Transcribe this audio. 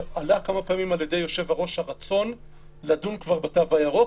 עלה כמה פעמים הרצון לדון בתו הירוק.